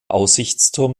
aussichtsturm